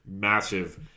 massive